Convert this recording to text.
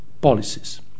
policies